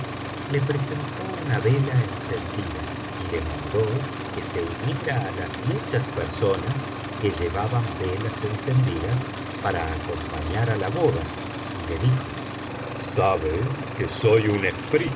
le presentó una vela encendida y le mandó que se uniera á las muchas personas que llevaban velas encendidas para acompañar á la boda y le dijo sabe que soy un